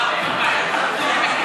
משרד המדע והחלל,